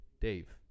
Dave